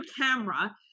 camera